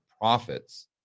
profits